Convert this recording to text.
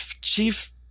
chief